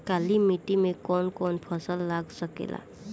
काली मिट्टी मे कौन कौन फसल लाग सकेला?